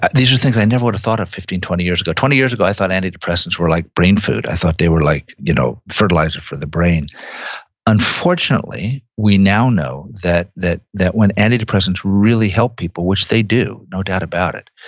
ah these are things i never would have thought of fifteen, twenty years ago. twenty years ago i thought antidepressants were like brain food, i thought they were like you know fertilizer for the brain unfortunately, we now know that that when antidepressants really help people, which they do, no doubt about it,